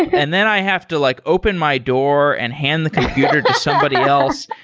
and then i have to like open my door and hand the computer to somebody else.